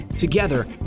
Together